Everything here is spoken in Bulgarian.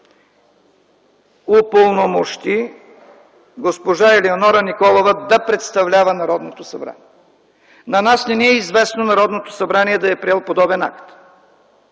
упълномощи госпожа Елеонора Николова да представлява Народното събрание? На нас не ни е известно Народното събрание да е приело подобен акт.